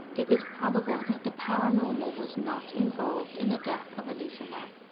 it is probable that the paranormal was not involved in the death of elisa lam.